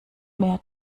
mehr